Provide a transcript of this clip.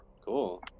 Cool